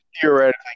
theoretically